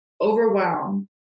overwhelmed